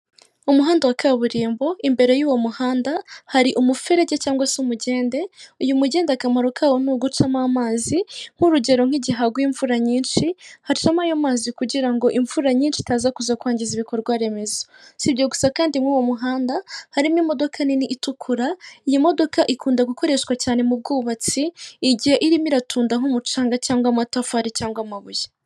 Umuhanda wa kaburimbo, imbere y'uwo muhanda hari umuferege cyangwa se umugende, uyu mugende akamaro kawo ni ugucamo amazi nk'urugero nk'igihe haguye imvura nyinshi, hacamo ayo mazi kugira ngo imvura nyinshi itaza kuza kwangiza ibikorwa remezo, si ibyo gusa kandi mw'uwo muhanda harimo imodoka nini itukura, iyi modoka ikunda gukoreshwa cyane mu bwubatsi, igihe irimo iratunda nk'umucanga cyangwa amatafari cyangwa amabuye.